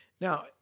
Now